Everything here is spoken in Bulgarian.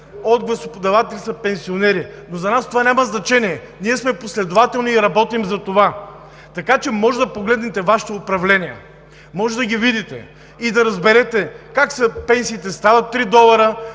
патриоти“ са пенсионери. Но за нас това няма значение – ние сме последователни и работим за това. Така че може да погледнете Вашето управление, може да ги видите и да разберете как пенсиите стават 3 долара,